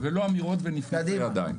ולא אמירות ונפנופי ידיים.